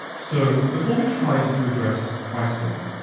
so before we tried to address pricing,